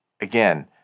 Again